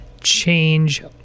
change